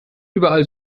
überall